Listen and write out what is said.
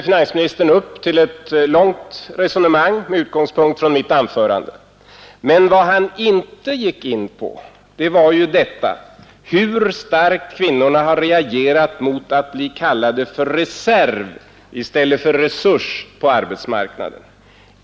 Finansministern tog upp ett långt resonemang om kvinnorna med utgångspunkt från mitt anförande, men han gick inte in på hur starkt kvinnorna har reagerat mot att bli kallade reserv i stället för resurs på arbetsmarknaden.